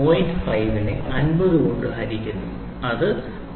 5 നെ 50 കൊണ്ട് ഹരിക്കുന്നു അത് 0